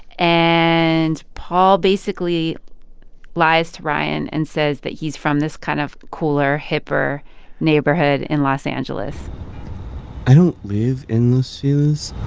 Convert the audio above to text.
and paul basically lies to ryan and says that he's from this kind of cooler, hipper neighborhood in los angeles i don't live in los